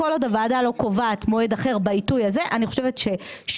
כל עוד הוועדה לא קובעת מועד אחר בעיתוי הזה אני חושבת שלא,